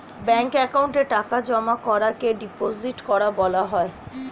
ব্যাঙ্কের অ্যাকাউন্টে টাকা জমা করাকে ডিপোজিট করা বলা হয়